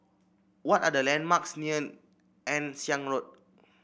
what are the landmarks near Ann Siang Road